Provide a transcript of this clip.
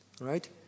right